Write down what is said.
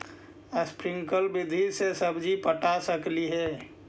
Sprinkle विधि से सब्जी पटा सकली हे?